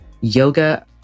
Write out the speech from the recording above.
yoga